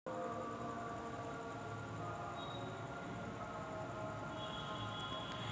ठिबक सिंचनामध्ये पाणी हळूहळू पिकांच्या मुळांपर्यंत पोहोचते आणि पोषकद्रव्ये वाचवण्याची क्षमता असते